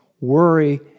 worry